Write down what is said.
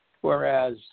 Whereas